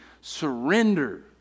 surrender